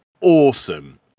awesome